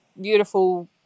beautiful